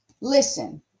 listen